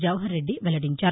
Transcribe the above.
జవహర్ రెడ్డి వెల్లడించారు